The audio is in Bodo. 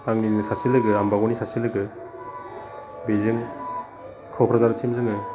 आंनिनो सासे लोगोया आम्बागावनि सासे लोगो बिजों क'क्राझारसिम जोङो